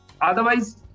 Otherwise